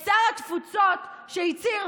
את שר התפוצות, שהצהיר: